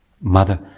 Mother